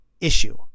issue